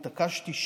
התעקשתי,